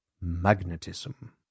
magnetism